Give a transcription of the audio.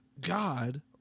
God